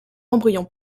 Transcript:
embryon